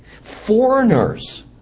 Foreigners